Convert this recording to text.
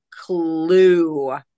clue